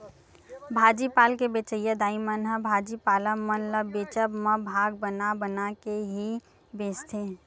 भाजी पाल के बेंचइया दाई मन ह भाजी पाला मन ल बेंचब म भाग बना बना के ही बेंचथे